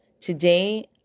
today